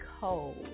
cold